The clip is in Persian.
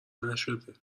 نشده